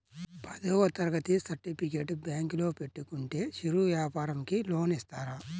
పదవ తరగతి సర్టిఫికేట్ బ్యాంకులో పెట్టుకుంటే చిరు వ్యాపారంకి లోన్ ఇస్తారా?